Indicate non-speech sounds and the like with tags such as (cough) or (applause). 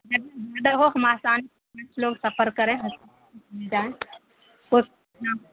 (unintelligible) آسان لوگ سفر کریں (unintelligible) جائیں کچھ (unintelligible)